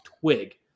twig